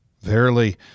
Verily